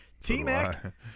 T-Mac